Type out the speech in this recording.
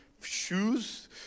shoes